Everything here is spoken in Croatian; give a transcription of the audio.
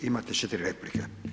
Imate 4 replike.